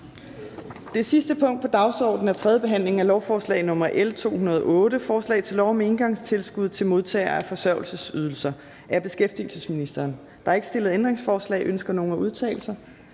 Det sidste punkt på dagsordenen er: 2) 3. behandling af lovforslag nr. L 208: Forslag til lov om engangstilskud til modtagere af forsørgelsesydelser. Af beskæftigelsesministeren (Peter Hummelgaard). (Fremsættelse